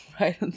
right